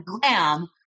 glam